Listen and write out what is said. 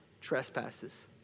trespasses